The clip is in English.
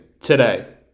today